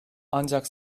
ancak